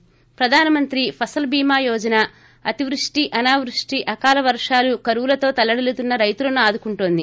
ి ప్రధాన మంత్రి ఫసల్ భీమా యోజన అతివృష్ణి అనావృష్ణి అకాల వర్షాలు కరవులతో తలడిల్లుతున్న రైతులను ఆదుకుంటోంది